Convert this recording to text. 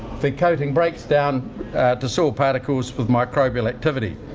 the coating breaks down the soil particles with microbial activity.